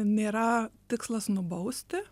nėra tikslas nubausti